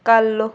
ꯀꯜꯂꯨ